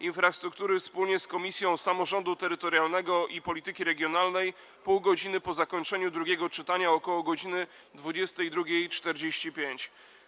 Infrastruktury wspólnie z Komisją Samorządu Terytorialnego i Polityki Regionalnej - pół godziny po zakończeniu drugiego czytania, ok. godz. 22.45.